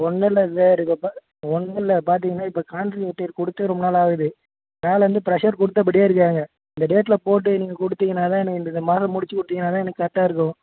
ஒன்னுமில்ல சார் இப்போ பா ஒன்னுமில்ல பார்த்தீங்கன்னா இப்போ கான்ட்ரெக்ட் கிட்டே கொடுத்தே ரொம்ப நாள் ஆகுது மேலிருந்து ப்ரெஷ்ஷர் கொடுத்தபடியே இருக்காங்க இந்த டேட்டில் போட்டு நீங்கள் கொடுத்தீங்கன்னா தான் எனக்கு இந்த மாதம் முடித்து கொடுத்தீங்கன்னா தான் எனக்கு கரெக்டாக இருக்கும்